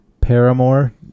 paramore